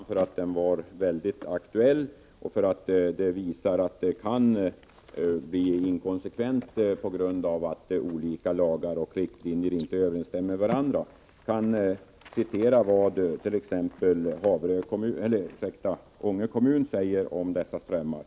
Herr talman! Jag ställde frågan här i riksdagen därför att den är mycket aktuell och visar på de inkonsekvenser som kan uppkomma på grund av att olika lagar och bestämmelser inte överensstämmer med varandra. Jag kan återge vad t.ex. Ånge kommun säger om dessa strömmar.